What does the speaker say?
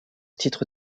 titre